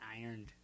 ironed